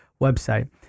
website